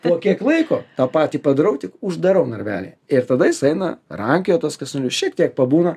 po kiek laiko tą patį padarau tik uždarau narvelį ir tada jis eina rankioja tuos kasnelius šiek tiek pabūna